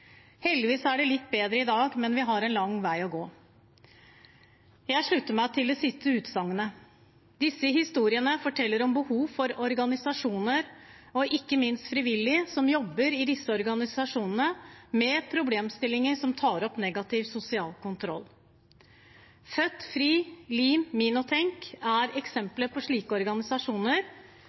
er takk og pris litt bedre i dag, men vi har en lang vei å gå.» Jeg slutter meg til det siste utsagnet. Disse historiene forteller om behov for organisasjoner, og ikke minst frivillige som jobber i disse organisasjonene, som tar opp problemstillinger som negativ sosial kontroll. Født Fri, LIM og Minotenk er eksempler på slike organisasjoner.